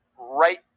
right